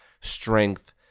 strength